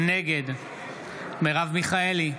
נגד מרב מיכאלי,